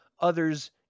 others